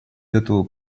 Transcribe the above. готовы